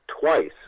twice